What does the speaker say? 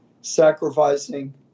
sacrificing